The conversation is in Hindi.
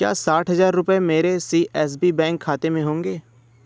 क्या साठ हज़ार रुपये मेरे सी एस बी बैंक खाते में होंगे